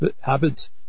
habits